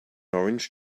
orange